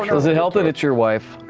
um does it help that it's your wife?